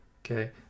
okay